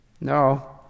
No